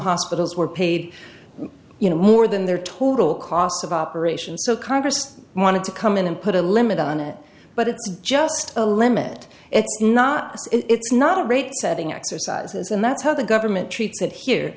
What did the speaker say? hospitals were paid you know more than their total cost of operations so congress wanted to come in and put a limit on it but it's just a limit it's not it's not a rate setting exercises and that's how the government treats it here